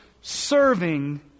serving